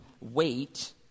wait